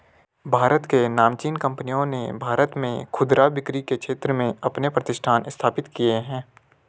भारत की नामचीन कंपनियों ने भारत में खुदरा बिक्री के क्षेत्र में अपने प्रतिष्ठान स्थापित किए हैं